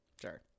Sure